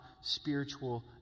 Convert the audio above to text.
spiritual